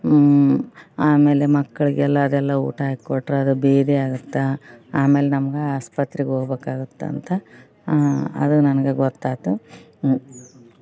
ಆಮೇಲೆ ಮಕ್ಳಿಗೆಲ್ಲ ಅದೆಲ್ಲ ಊಟ ಹಾಕಿ ಕೊಟ್ರೆ ಅದು ಭೇದಿ ಆಗುತ್ತೆ ಆಮೇಲೆ ನಮ್ಗೆ ಆಸ್ಪತ್ರೆಗೆ ಹೋಗ್ಬೇಕಾಗುತ್ತಂತ ಅದು ನನ್ಗೆ ಗೊತ್ತಾಯ್ತು